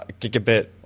gigabit